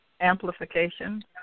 amplification